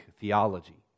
theology